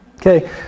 Okay